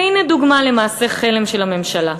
והנה דוגמה למעשה חלם של הממשלה: